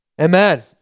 amen